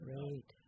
Great